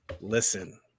Listen